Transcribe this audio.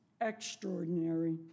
extraordinary